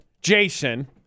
Jason